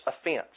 offense